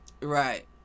Right